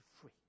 free